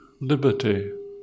liberty